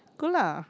good lah